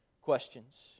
questions